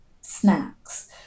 snacks